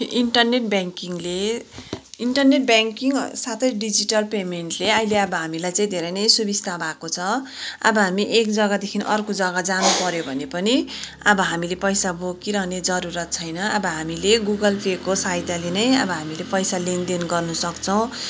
यो इन्टरनेट ब्याङ्किङले internet banking साथै डिजिटल पेमेन्टले अहिले अब हामीलाई चाहिँ धेरै नै सुविस्ता भएको छ अब हामी एक जग्गादेखि अर्को जग्गा जान पर्यो भने पनि अब हामीले पैसा बोकिरहने जरुरत छैन अब हामीले गुगल पे को सहयताले नै अब हामीले पैसा लेनदेन गर्नु सक्छौँ